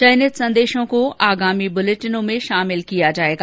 चयनित संदेशों को आगामी बुलेटिनों में शामिल किया जाएगा